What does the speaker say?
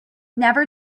never